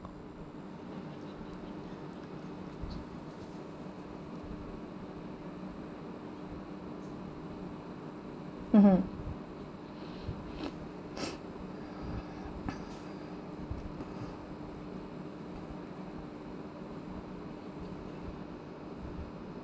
mmhmm